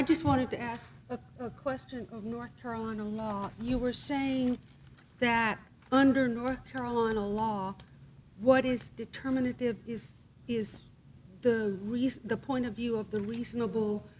i just wanted to ask a question of north carolina law you were saying that under north carolina law what is determinative is is the reason the point of view of the reasonable